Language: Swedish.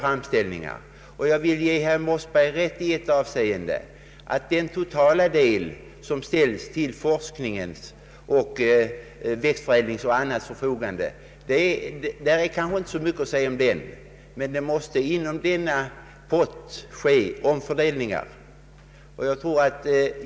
Jag vill ge herr Mossberger rätt i ett avseende, nämligen att det inte är så mycket att säga om vad som totalt ställs till förfogande för forskning, växtförädling och annat, men jag anser att det måste göras omfördelningar inom denna pott.